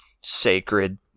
Sacred